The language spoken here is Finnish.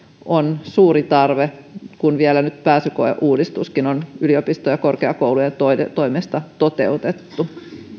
on suuri tarve kun vielä nyt pääsykoeuudistuskin on yliopistojen ja korkeakoulujen toimesta toteutettu